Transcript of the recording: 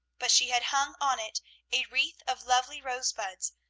but she had hung on it a wreath of lovely rosebuds,